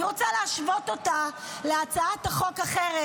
אני רוצה להשוות אותה להצעת חוק אחרת,